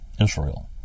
Israel